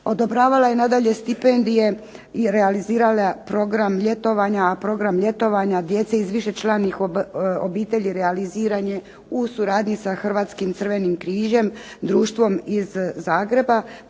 Odobravala je nadalje stipendije i realizirala program ljetovanja djece iz višečlanih obitelji realiziran je u suradnji sa Hrvatskim Crvenim križem, Društvom iz Zagreba